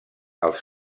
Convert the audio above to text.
els